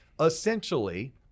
Essentially